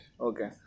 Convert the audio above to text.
Okay